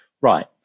right